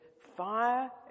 fire